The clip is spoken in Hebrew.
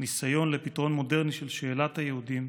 ניסיון לפתרון מודרני של שאלת היהודים,